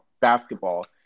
basketball